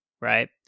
right